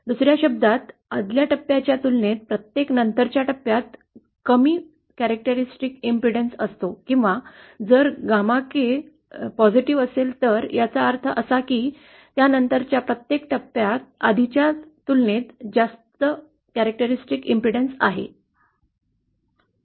दुसऱ्या शब्दांत आदल्या टप्प्याच्या तुलनेत प्रत्येक त्नंतरच्या टप्प्यात कमी वैशिष्ट्यपूर्ण अडथळा असतो किंवा जर γ k सकारात्मक असेल तर याचा अर्थ असा की त्यानंतरच्या प्रत्येक टप्प्यात आधीच्या तुलनेत जास्त वैशिष्ट्यपूर्ण अडथळा आहे